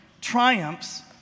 triumphs